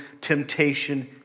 temptation